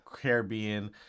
Caribbean